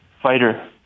fighter